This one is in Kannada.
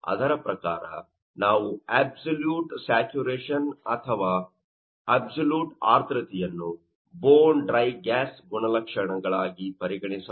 ಅದರ ಪ್ರಕಾರ ನಾವು ಅಬ್ಸಲ್ಯೂಟ್ ಸ್ಯಾಚುರೇಶನ್ ಅಥವಾ ಅಬ್ಸಲ್ಯೂಟ್ ಆರ್ದ್ರತೆಯನ್ನು ಬೋನ್ ಡ್ರೈ ಗ್ಯಾಸ್ ಗುಣಲಕ್ಷಣಗಳಾಗಿ ಪರಿಗಣಿಸಬಹುದು